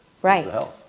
Right